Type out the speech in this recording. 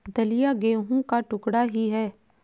दलिया गेहूं का टुकड़ा ही है